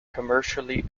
commercially